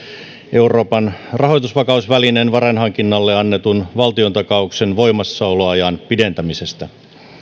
euroopan rahoitusvakausvälineen varainhankinnalle annetun valtiontakauksen voimassaoloajan pidentämisestä